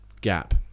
Gap